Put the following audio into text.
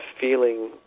feeling